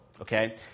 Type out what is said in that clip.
Okay